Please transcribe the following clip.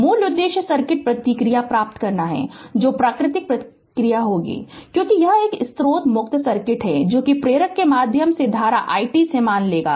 मूल उद्देश्य सर्किट प्रतिक्रिया प्राप्त करना है जो प्राकृतिक प्रतिक्रिया होगी क्योंकि यह एक स्रोत मुक्त सर्किट है जो कि प्रेरक के माध्यम से धारा it से मान लेगा